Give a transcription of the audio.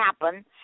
happen